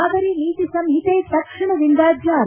ಮಾದರಿ ನೀತಿ ಸಂಹಿತೆ ತಕ್ಷಣದಿಂದ ಜಾರಿ